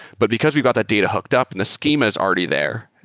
but because we've got that data hooked up and the schema is already there,